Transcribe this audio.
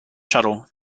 shuttle